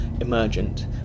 emergent